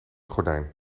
gordijn